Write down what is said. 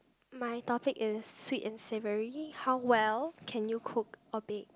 my topic is sweet and savoury how well can you cook or bake